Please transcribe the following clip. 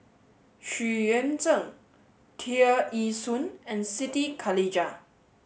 Xu Yuan Zhen Tear Ee Soon and Siti Khalijah